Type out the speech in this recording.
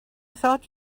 thought